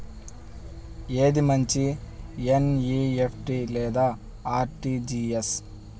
ఏది మంచి ఎన్.ఈ.ఎఫ్.టీ లేదా అర్.టీ.జీ.ఎస్?